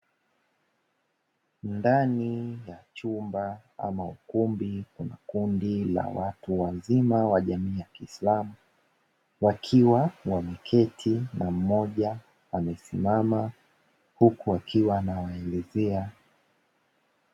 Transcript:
Ndani ya chumba ama ukumbi, kundi la watu wazima wa jamii ya kiislamu, wakiwa wameketi na mmoja amesimama huku akiwa anawaelekeza.